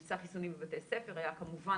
מבצע החיסונים בבתי הספר היה כמובן